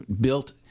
built